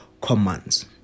commands